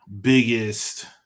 Biggest